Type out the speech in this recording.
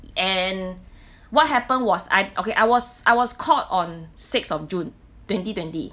and what happened was I okay I was I was called on six of june twenty twenty